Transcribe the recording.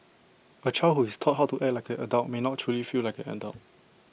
A child who is taught how to act like an adult may not truly feel like an adult